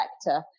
sector